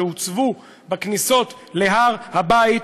שהוצבו בכניסות להר הבית,